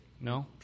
No